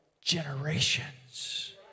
generations